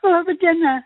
laba diena